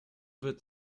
wird